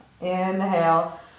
inhale